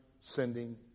sending